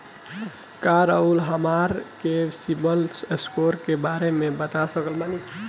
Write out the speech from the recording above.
का रउआ हमरा के सिबिल स्कोर के बारे में बता सकत बानी?